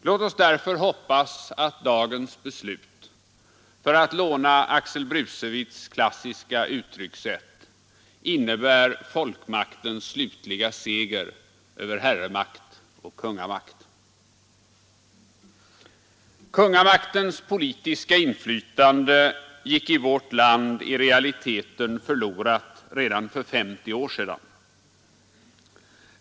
Låt oss därför hoppas att dagens beslut innebär — för att låna Axel Brusewitz” klassiska uttryckssätt — folkmaktens slutliga seger över herremakt och kungamakt. Kungamaktens politiska inflytande gick i vårt land i realiteten förlorat redan för 50 år sedan.